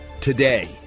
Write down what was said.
today